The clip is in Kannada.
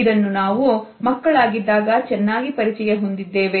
ಇದನ್ನು ನಾವು ಮಕ್ಕಳಾಗಿದ್ದಾಗ ಚೆನ್ನಾಗಿ ಪರಿಚಯ ಹೊಂದಿದ್ದೇವೆ